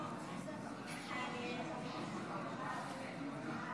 התשפ"ד 2024,